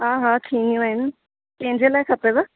हा हा थींदियूं आहिनि कंहिंजे लाइ खपेव